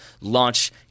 launch –